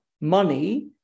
money